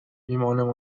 ایمانان